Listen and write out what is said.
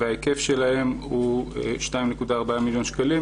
וההיקף שלהם הוא 2.4 מיליון שקלים.